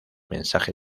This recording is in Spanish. mensaje